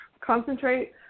concentrate